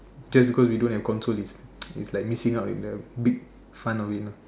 just because we don't have console is is like missing out in the big fun of it lah